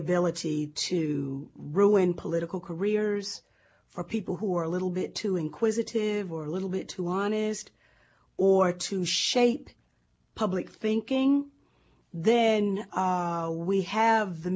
ability to ruin political careers for people who are a little bit too inquisitive or little bit too honest or to shape public thinking then we have the